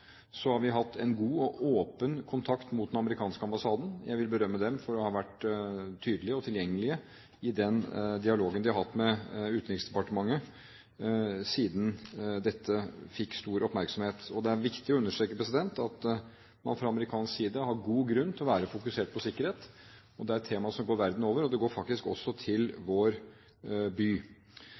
har vi hatt en god og åpen kontakt inn mot den amerikanske ambassaden. Jeg vil berømme dem for å ha vært tydelige og tilgjengelige i den dialogen de har hatt med Utenriksdepartementet siden dette fikk stor oppmerksomhet. Det er viktig å understreke at man fra amerikansk side har god grunn til å være fokusert på sikkerhet. Det er et tema som går verden over, og det går også til vår by.